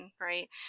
right